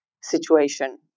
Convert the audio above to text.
situation